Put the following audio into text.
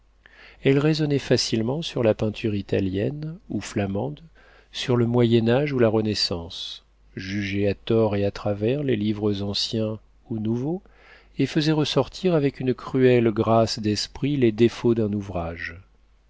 elle raisonnait facilement sur la peinture italienne ou flamande sur le moyen-âge ou la renaissance jugeait à tort et à travers les livres anciens ou nouveaux et faisait ressortir avec une cruelle grâce d'esprit les défauts d'un ouvrage